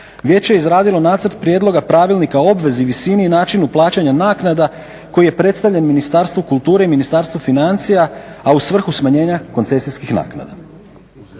vijeće je izradilo nacrt prijedloga pravilnika o obvezi, visini i načinu plaćanja naknada koji je predstavljen Ministarstvu kulture i Ministarstvu financija a u svrhu smanjenja koncesijskih naknada.